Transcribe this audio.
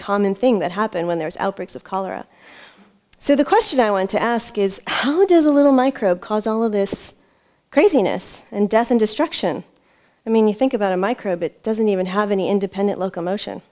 common thing that happened when there was outbreaks of cholera so the question i want to ask is how does a little micro cause all of this craziness and death and destruction i mean you think about a microbe it doesn't even have any independent locomotion